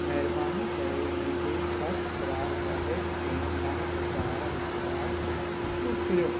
महिरबानी करे मुंहिंजे फर्स्टक्राई वॉलेट में नव हज़ार रुपिया मोकिलियो